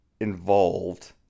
involved